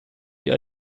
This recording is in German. die